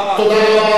תודה רבה.